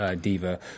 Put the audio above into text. diva